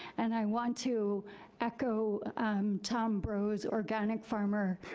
and i want to echo tom broz, organic farmer,